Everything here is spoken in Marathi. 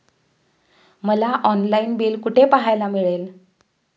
मला ऑनलाइन बिल कुठे पाहायला मिळेल?